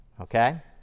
okay